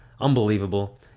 Unbelievable